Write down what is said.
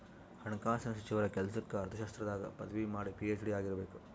ಹಣಕಾಸಿನ ಸಚಿವರ ಕೆಲ್ಸಕ್ಕ ಅರ್ಥಶಾಸ್ತ್ರದಾಗ ಪದವಿ ಮಾಡಿ ಪಿ.ಹೆಚ್.ಡಿ ಆಗಿರಬೇಕು